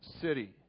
city